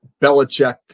Belichick